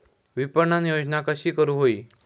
विपणन योजना कशी करुक होई?